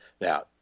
Now